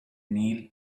kneel